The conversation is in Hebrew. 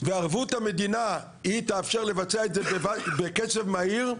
וערבות המדינה היא תאפשר לבצע את זה בקצב מהיר,